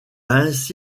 ainsi